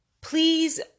Please